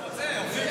הוא בא.